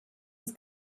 des